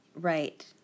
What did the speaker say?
Right